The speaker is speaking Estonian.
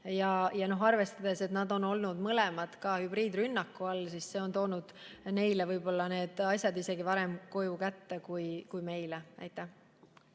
ja pingutusi. Nad on olnud mõlemad hübriidrünnaku all, see on toonud neile võib-olla need asjad isegi varem koju kätte kui meile. Aitäh!